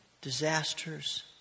disasters